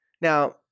Now